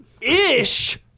Ish